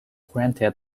granted